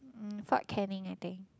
mm Fort-Canning I think